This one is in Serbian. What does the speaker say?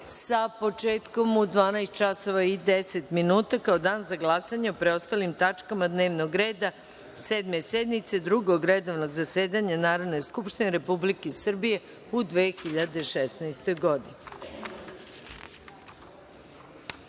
sa početkom u 12,10 časova, kao dan za glasanje o preostalim tačkama dnevnog reda Sedme sednice Drugog redovnog zasedanja Narodne skupštine Republike Srbije u 2016.